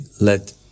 let